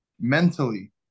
mentally